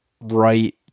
right